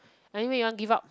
anyway you want give up